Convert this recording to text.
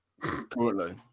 currently